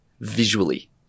visually